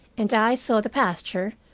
and i saw the pasture,